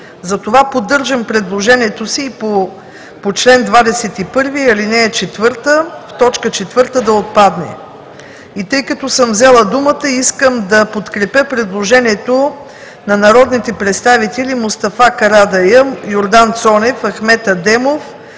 Затова поддържам предложението си по чл. 21, ал. 4 в т. 4 – да отпадне. Тъй като съм взела думата, искам да подкрепя предложението на народните представители Мустафа Карадайъ, Йордан Цонев, Ахмед Ахмедов,